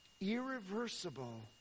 irreversible